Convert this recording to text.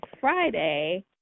Friday